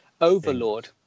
Overlord